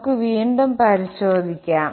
നമുക്ക് വീണ്ടും പരിശോധിക്കാം